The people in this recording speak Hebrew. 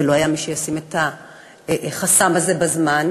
לא היה מי שישים את החסם הזה בזמן,